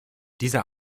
dieser